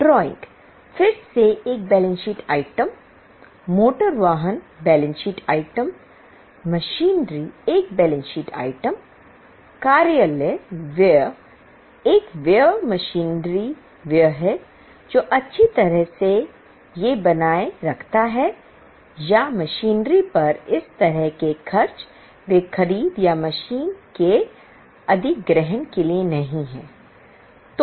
drawing फिर से एक बैलेंस शीट आइटम मोटर वाहन बैलेंस शीट आइटम मशीनरी एक बैलेंस शीट आइटम है कार्यालय व्यय एक व्यय मशीनरी व्यय है जो अच्छी तरह से ये बनाए रखता है या मशीनरी पर इस तरह के खर्च वे खरीद या मशीन के अधिग्रहण के लिए नहीं हैं